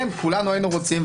כולנו היינו רוצים,